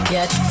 Get